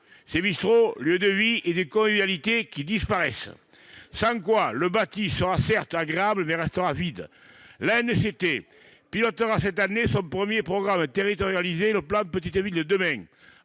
des bistrots, lieux de vie et de convivialité qui disparaissent ! Sans de tels efforts, le bâti sera certes agréable, mais il restera vide ! L'ANCT pilotera cette année son premier programme territorialisé : le plan Petites villes de demain,